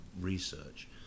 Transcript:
research